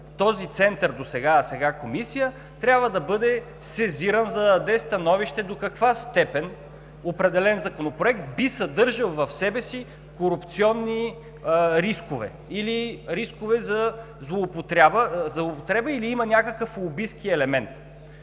този център досега, а сега Комисия, трябва да бъде сезиран за да даде становище до каква степен определен законопроект би съдържал в себе си корупционни рискове или рискове за злоупотреба, или има някакъв лобистки елемент.